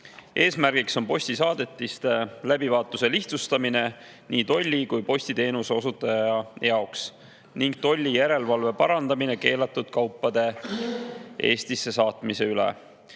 Eesmärk on postisaadetiste läbivaatuse lihtsustamine nii tolli- kui ka postiteenuse osutaja jaoks ning tollijärelevalve parandamine keelatud kaupade Eestisse saatmise üle.